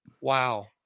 wow